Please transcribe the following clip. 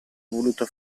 voluto